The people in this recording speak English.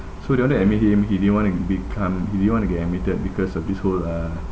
so they want to admit him he didn't want to become he didn't want to get admitted because of these whole uh